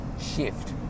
shift